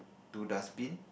two dustbin